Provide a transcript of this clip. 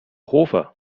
hofer